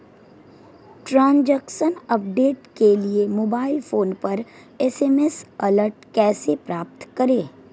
Transaction update के लिए mobile phone पर एस.एम.एस अलर्ट कैसे प्राप्त करें?